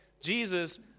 Jesus